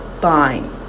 fine